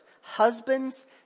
husbands